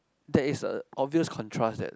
that is a obvious contrast that